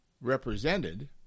represented